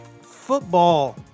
football